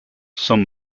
some